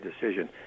decision